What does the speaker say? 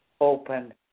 open